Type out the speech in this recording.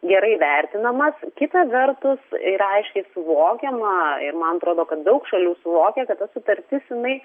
gerai vertinamas kita vertus yra aiškiai suvokiama ir man atrodo kad daug šalių suvokia kad ta sutartis jinai